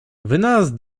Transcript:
wynalazł